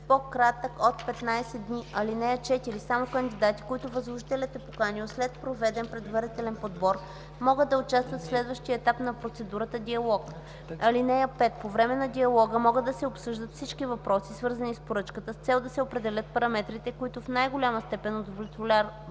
по-кратък от 15 дни. (4) Само кандидати, които възложителят е поканил след проведен предварителен подбор, могат да участват в следващия етап на процедурата – диалог. (5) По време на диалога могат да се обсъждат всички въпроси, свързани с поръчката с цел да се определят параметрите, които в най-голяма степен удовлетворяват